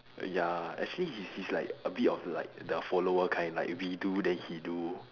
ya lah actually he's he's like a bit of like the follower kind like we do then he do